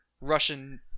Russian